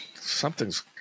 something's